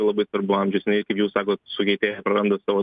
labai svarbu amžius jinai kaip jūs sakot sukietėja praranda savo